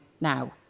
now